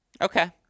Okay